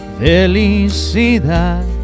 felicidad